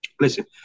listen